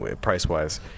price-wise